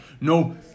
no